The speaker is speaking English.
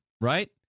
right